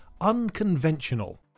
unconventional